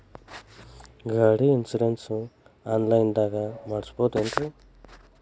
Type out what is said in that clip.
ಗಾಡಿ insurance online ದಾಗ ಮಾಡಸ್ಬಹುದೆನ್ರಿ?